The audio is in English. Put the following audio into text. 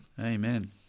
Amen